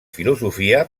filosofia